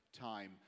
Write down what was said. time